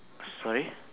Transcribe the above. sorry